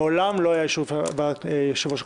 מעולם לא היה אישור יושב-ראש הכנסת.